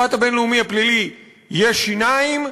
שלמשפט הבין-לאומי הפלילי יש שיניים,